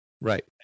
Right